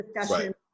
discussion